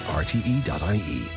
rte.ie